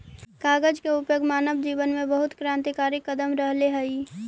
कागज के उपयोग मानव जीवन में बहुत क्रान्तिकारी कदम रहले हई